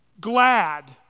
glad